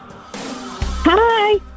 Hi